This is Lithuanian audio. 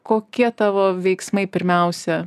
kokie tavo veiksmai pirmiausia